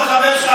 שאתה,